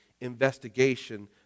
investigation